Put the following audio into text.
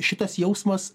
šitas jausmas